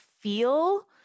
feel